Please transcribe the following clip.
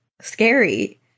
scary